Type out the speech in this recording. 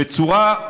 בצורה,